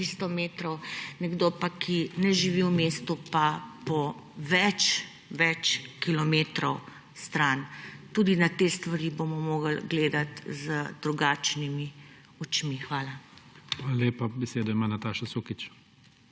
300 metrov, nekdo pa, ki ne živi v mestu, pa po več kilometrov stran. Tudi na te stvari bomo mogli gledati z drugačnimi očmi. Hvala. PREDSEDNIK IGOR